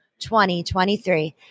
2023